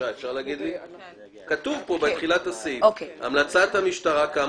כשמדברים על המלצות המשטרה,